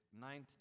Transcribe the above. ninth